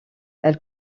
elle